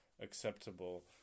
acceptable